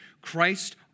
Christ